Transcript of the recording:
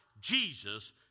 Jesus